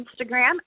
Instagram